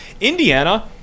Indiana